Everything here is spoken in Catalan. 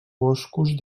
boscos